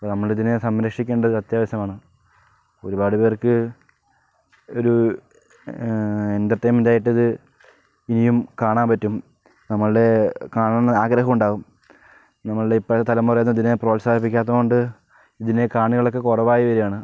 അപ്പോൾ നമ്മളിതിനെ സംരക്ഷിക്കേണ്ടത് അത്യാവശ്യമാണ് ഒരുപാട് പേർക്ക് ഒരു എൻ്റർറ്റൈൻമെന്റായിട്ട് ഇത് ഇനിയും കാണാൻ പറ്റും നമ്മളുടെ കാണണമെന്ന് ആഗ്രഹം ഉണ്ടാകും നമ്മളുടെ ഇപ്പോഴത്തെ തലമുറ ഇതിനെ പ്രോത്സാഹിപ്പിക്കാത്തതുകൊണ്ട് ഇതിന് കാണികളൊക്കെ കുറവായി വരുവാണ്